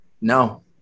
No